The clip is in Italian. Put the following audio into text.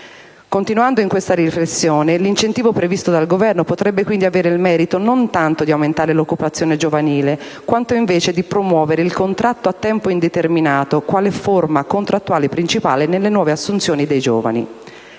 Continuando in questa riflessione, l'incentivo previsto dal Governo potrebbe quindi avere il merito non tanto di aumentare l'occupazione giovanile, quanto invece di promuovere il contratto a tempo indeterminato quale forma contrattuale principale nelle nuove assunzioni dei giovani.